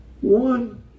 One